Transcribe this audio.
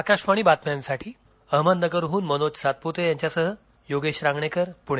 आकाशवाणी बातम्यांसाठी अहमदनगरहन मनोज सातपूतेसह योगेश रांगणेकर पुणे